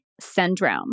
syndrome